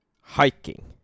hiking